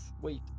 Wait